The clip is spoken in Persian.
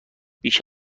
بیش